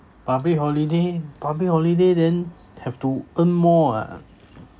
public holiday public holiday then have to earn more [what]